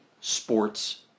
sports